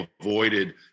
avoided